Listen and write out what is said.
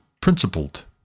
principled